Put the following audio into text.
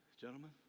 gentlemen